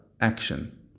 action